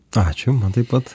ačiū man taip pat